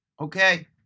Okay